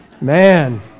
man